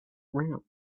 round